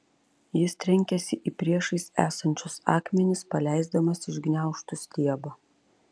jis trenkėsi į priešais esančius akmenis paleisdamas iš gniaužtų stiebą